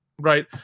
right